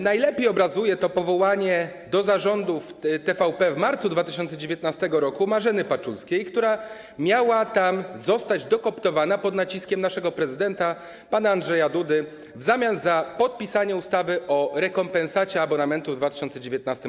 Najlepiej obrazuje to powołanie do zarządu w TVP w marcu 2019 r. Marzeny Paczuskiej, która miał tam zostać dokooptowana pod naciskiem naszego prezydenta pana Andrzeja Dudy w zamian za podpisanie ustawy o rekompensacie abonamentu w 2019 r.